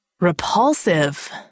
Repulsive